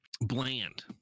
Bland